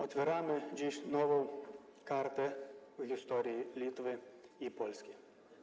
Otwieramy dziś nową kartę w historii Litwy i Polski.